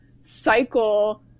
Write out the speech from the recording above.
cycle